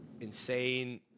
insane